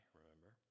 remember